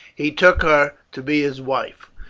he took her to be his wife.